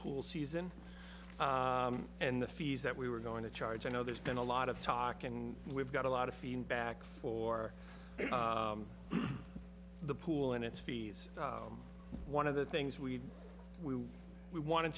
pool season and the fees that we were going to charge i know there's been a lot of talking and we've got a lot of feedback for the pool and it's fees one of the things we we we wanted